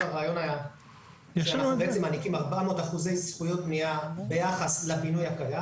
הרעיון היה שאנחנו מעניקים 400% בנייה ביחד לבינוי הקיים